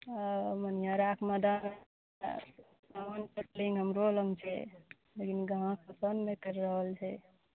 ओ मनिहाराके हमरो लग छै लेकिन गाँहक पसन्द नहि करि रहल छै